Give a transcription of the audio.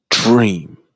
dream